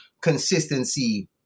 consistency